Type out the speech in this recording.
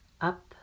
up